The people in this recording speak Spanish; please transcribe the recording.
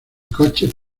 coches